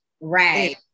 right